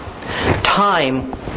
Time